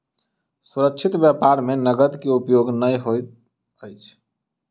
सुरक्षित व्यापार में नकद के उपयोग नै होइत अछि